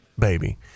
baby